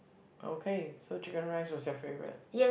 okay so chicken rice was your favourite